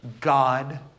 God